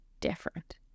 different